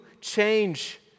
change